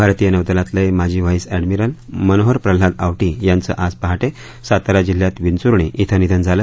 भारतीय नौदलातले माजी व्हाईस अँडमिरल मनोहर प्रल्हाद अवटी यांचं आज पहाटे सातारा जिल्ह्यात विंचूर्णी श्वं निधन झाले